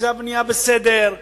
שאחוזי הבנייה בסדר,